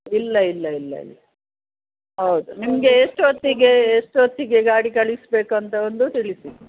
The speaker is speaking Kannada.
ಇಲ್ಲ ಇಲ್ಲ ಇಲ್ಲ ಇಲ್ಲ ಹೌದು ನಿಮಗೆ ಎಷ್ಟೋತ್ತಿಗೆ ಎಷ್ಟೋತ್ತಿಗೆ ಗಾಡಿ ಕಳಿಸ್ಬೇಕು ಅಂತ ಒಂದು ತಿಳಿಸಿ